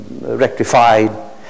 rectified